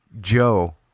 Joe